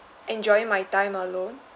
enjoying my time alone